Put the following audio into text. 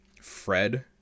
Fred